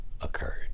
occurred